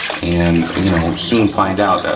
and you know soon find out that,